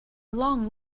long